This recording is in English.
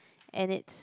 and it's